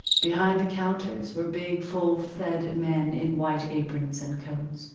behind the counters were big, full-fed men in white aprons, and coats.